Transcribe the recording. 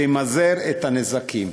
שימזער את הנזקים.